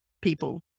people